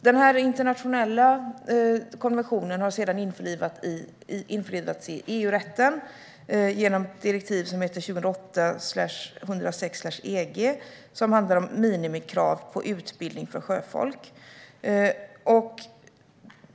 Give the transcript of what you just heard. Den här internationella konventionen har sedan införlivats i EU-rätten genom direktiv 2008 EG, som handlar om minimikrav på utbildning för sjöfolk.